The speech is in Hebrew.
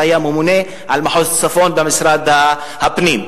שהיה ממונה על מחוז צפון במשרד הפנים,